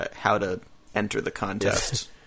how-to-enter-the-contest